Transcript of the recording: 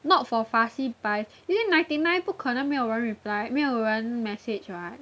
not for fussy buy usually ninety nine 不可能没有人 reply 没有人 message [what]